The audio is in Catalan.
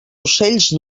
ocells